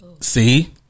see